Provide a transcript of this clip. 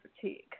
fatigue